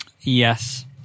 Yes